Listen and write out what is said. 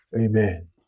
Amen